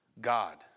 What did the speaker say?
God